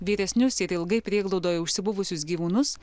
vyresnius ir ilgai prieglaudoje užsibuvusius gyvūnus